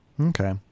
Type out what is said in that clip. Okay